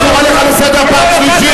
חבר הכנסת שאמה, אני קורא אותך לסדר פעם שלישית.